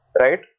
right